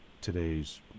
today's